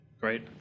great